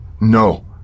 No